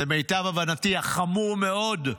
למיטב הבנתי החמור מאוד,